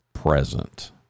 present